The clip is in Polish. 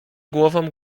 głową